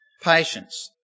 Patience